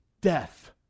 death